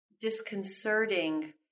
disconcerting